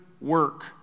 work